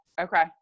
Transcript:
Okay